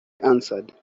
answered